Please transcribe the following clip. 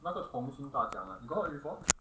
那个红星大奖 ah you got heard before